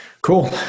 Cool